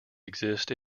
exist